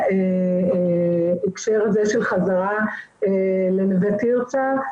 בהקשר הזה של חזרה לנווה תרצה,